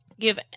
give